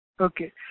Okay